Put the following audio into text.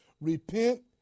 Repent